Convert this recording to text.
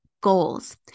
goals